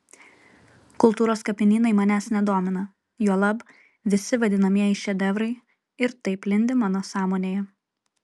kultūros kapinynai manęs nedomina juolab visi vadinamieji šedevrai ir taip lindi mano sąmonėje